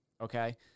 Okay